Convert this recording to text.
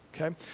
okay